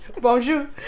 Bonjour